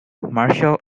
marshall